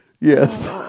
Yes